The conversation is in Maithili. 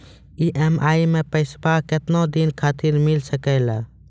ई.एम.आई मैं पैसवा केतना दिन खातिर मिल सके ला?